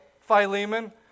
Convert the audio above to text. Philemon